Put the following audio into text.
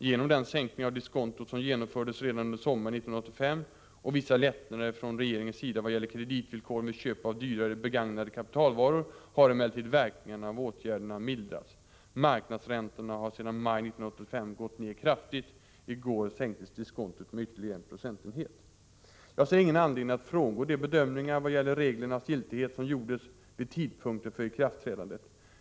Genom den sänkning av diskontot som genomfördes redan under sommaren 1985 och vissa lättnader från regeringens sida vad gäller kreditvillkoren vid köp av dyrare begagnade kapitalvaror har emellertid verkningarna av åtgärderna mildrats. Marknadsräntorna har sedan maj 1985 gått ned kraftigt. I går sänktes diskontot med ytterligare en procentenhet. Jag ser ingen anledning att frångå de bedömningar vad gäller reglernas giltighet som gjordes vid tidpunkten för ikraftträdandet.